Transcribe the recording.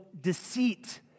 deceit